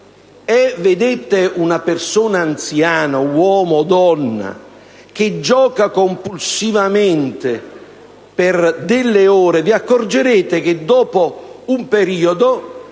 vedete una persona anziana, uomo o donna, che gioca compulsivamente per delle ore vi accorgerete che, dopo un certo